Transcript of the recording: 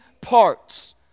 parts